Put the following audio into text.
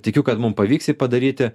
tikiu kad mums pavyks jį padaryti